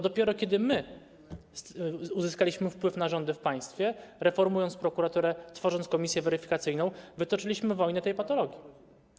Dopiero kiedy my uzyskaliśmy wpływ na rządy w państwie, reformując prokuraturę, tworząc komisję weryfikacyjną, wytoczyliśmy wojnę tej patologii.